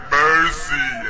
mercy